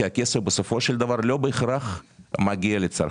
כי הכסף בסופו של דבר לא בהכרח מגיע לצרכן,